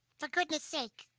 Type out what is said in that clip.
for goodness sake.